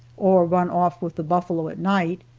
or run off with the buffalo at night,